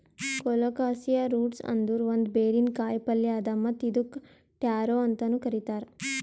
colocasia roots ಅಂದುರ್ ಒಂದ್ ಬೇರಿನ ಕಾಯಿಪಲ್ಯ್ ಅದಾ ಮತ್ತ್ ಇದುಕ್ ಟ್ಯಾರೋ ಅಂತನು ಕರಿತಾರ್